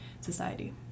society